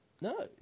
no